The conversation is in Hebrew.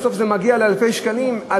בסוף זה מגיע לאלפי שקלים,